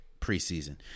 preseason